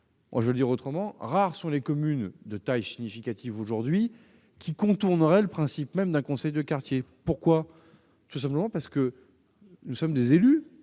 l'aventure. Rares sont les communes de taille significative aujourd'hui qui contourneraient le principe même d'un conseil de quartier. Tout simplement parce que nous sommes des élus